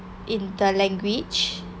in the language